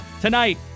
Tonight